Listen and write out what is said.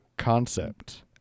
concept